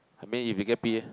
I mean if you get P